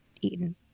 eaten